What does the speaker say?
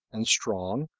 and strong,